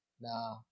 nah